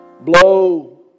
blow